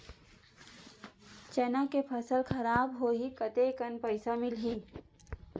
चना के फसल खराब होही कतेकन पईसा मिलही?